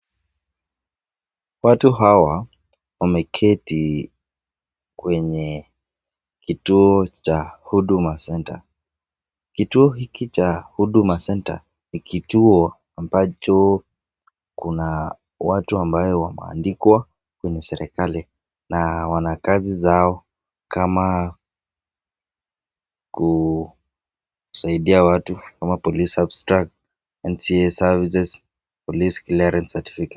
Watu hawa wameketi kwenye kituo cha Huduma Centre. Kituo hiki cha Huduma Centre ni kituo ambacho kuna watu ambayo wameandikwa kwenye serikali na wana kazi zao kama kusaidia watu kama police abstract, NTA services, police clearance certificate